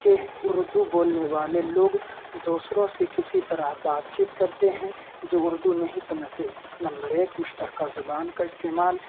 کہ اردو بولنے والے لوگ دوسروں سے کسی طرح بات چیت کرتے ہیں جو اردو نہیں سمجھتے نمبر ایک مشترکہ زبان کا استعمال